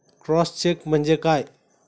Cross check म्हणजे काय?